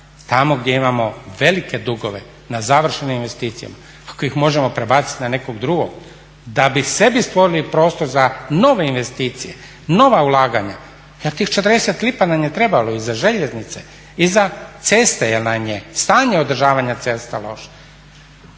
tamo gdje imamo velike dugove na završenim investicijama ako ih možemo prebaciti na nekog drugog da bi sebi stvorili prostor za nove investicije, nova ulaganja jer tih 40 lipa nam je trebalo i za željeznice i za ceste jer nam je stanje održavanja cesta loše.